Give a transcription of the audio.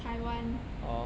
taiwan